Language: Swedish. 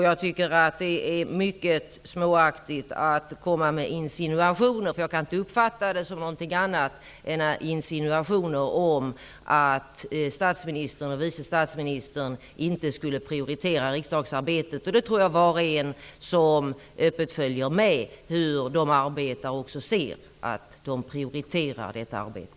Jag tycker att det är mycket småaktigt att komma med insinuationer -- jag kan inte uppfatta detta som någonting annat -- om att statsministern och vice statsministern inte skulle prioritera riksdagsarbetet. Jag tror att var och en som öppet följer hur de arbetar också ser att de prioriterar detta arbete.